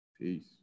Peace